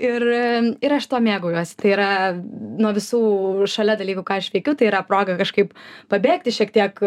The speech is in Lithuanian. ir ir aš tuo mėgaujuos tai yra nuo visų šalia dalykų ką aš veikiu tai yra proga kažkaip pabėgti šiek tiek